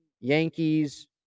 Yankees